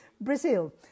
Brazil